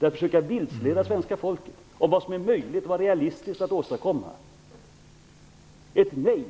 Hon försöker vilseleda svenska folket när det gäller vad som är möjligt och realistiskt att åstadkomma. Ett nej